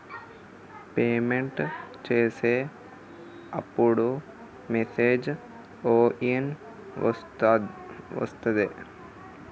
Payment చేసే అప్పుడు message ఏం ఐనా వస్తదా?